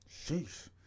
Sheesh